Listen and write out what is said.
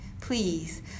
Please